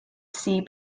sea